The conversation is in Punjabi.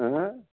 ਹੈਂ